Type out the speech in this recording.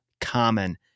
common